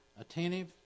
attentive